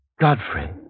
Godfrey